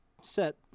set